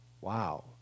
wow